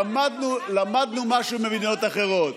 למדנו משהו ממדינות אחרות.